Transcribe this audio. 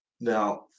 Now